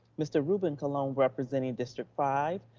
mr. ruben colon representing district five,